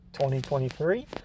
2023